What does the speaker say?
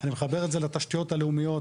אני מחבר את זה לתשתיות הלאומית,